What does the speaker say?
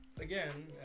again